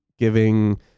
giving